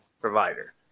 provider